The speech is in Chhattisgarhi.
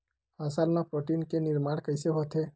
फसल मा प्रोटीन के निर्माण कइसे होथे?